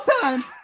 time